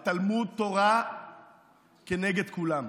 "ותלמוד תורה כנגד כולם".